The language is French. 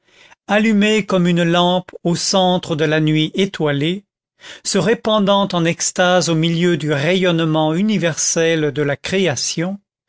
allumé comme une lampe au centre de la nuit étoilée se répandant en extase au milieu du rayonnement universel de la création